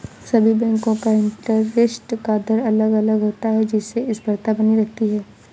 सभी बेंको का इंटरेस्ट का दर अलग अलग होता है जिससे स्पर्धा बनी रहती है